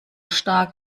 stark